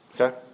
Okay